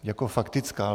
Jako faktická?